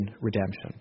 redemption